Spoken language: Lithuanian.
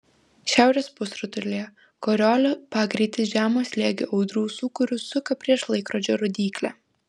šiaurės pusrutulyje koriolio pagreitis žemo slėgio audrų sūkurius suka prieš laikrodžio rodyklę